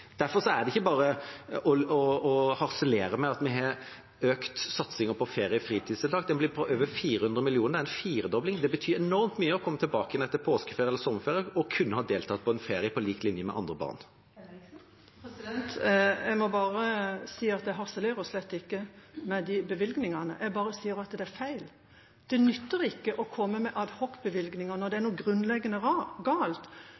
er et vanskelig utgangspunkt. Derfor er det ikke bare å harselere med at vi har økt satsingen på ferie- og fritidstiltak. Den blir på over 400 mill. kr – det er en firedobling. Det betyr enormt mye å komme tilbake igjen etter påskeferie eller sommerferie og kunne ha deltatt på ferie på lik linje med andre barn. Kari Henriksen – til oppfølgingsspørsmål. Jeg må bare si at jeg harselerer slett ikke med disse bevilgningene. Jeg bare sier at det er feil. Det nytter ikke å komme med adhocbevilgninger når det